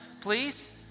please